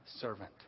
servant